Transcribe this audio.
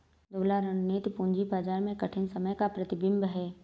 दुबला रणनीति पूंजी बाजार में कठिन समय का प्रतिबिंब है